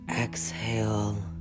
exhale